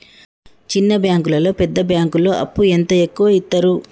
చిన్న బ్యాంకులలో పెద్ద బ్యాంకులో అప్పు ఎంత ఎక్కువ యిత్తరు?